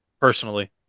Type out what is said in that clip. personally